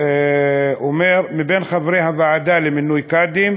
שאומר: מחברי הוועדה למינוי קאדים